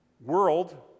world